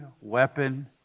weapon